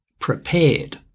prepared